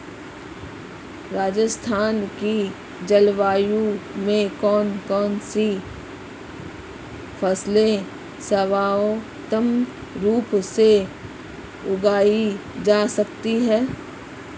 राजस्थान की जलवायु में कौन कौनसी फसलें सर्वोत्तम रूप से उगाई जा सकती हैं?